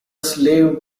slave